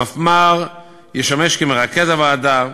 המפמ"ר ישמש כמרכז הוועדה,